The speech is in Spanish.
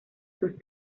sus